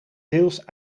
deels